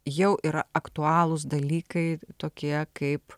jau yra aktualūs dalykai tokie kaip